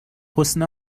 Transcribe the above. حسن